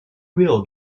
wheel